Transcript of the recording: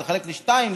לחלק לשתיים,